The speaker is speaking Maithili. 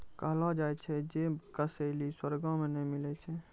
कहलो जाय छै जे कसैली स्वर्गो मे नै मिलै छै